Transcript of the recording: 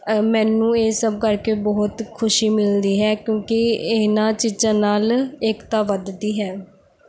ਮੈਨੂੰ ਇਹ ਸਭ ਕਰਕੇ ਬਹੁਤ ਖੁਸ਼ੀ ਮਿਲਦੀ ਹੈ ਕਿਉਂਕਿ ਇਹਨਾਂ ਚੀਜ਼ਾਂ ਨਾਲ ਏਕਤਾ ਵੱਧਦੀ ਹੈ